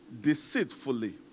deceitfully